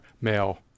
male